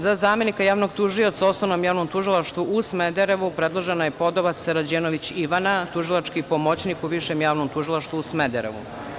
Za zamenika javnog tužioca u Osnovnom javnom tužilaštvu u Smederevu predložena je Podovac Ranđelović Ivana, tužilački pomoćnik u Višem javnom tužilaštvu u Smederevu.